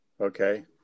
okay